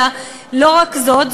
אלא לא רק זאת,